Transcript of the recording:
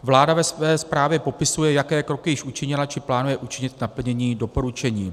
Vláda ve své zprávě popisuje, jaké kroky již učinila či plánuje učinit k naplnění doporučení.